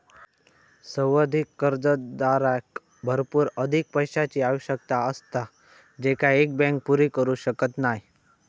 संवर्धित कर्जदाराक भरपूर अधिक पैशाची आवश्यकता असता जेंका एक बँक पुरी करू शकत नाय